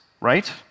right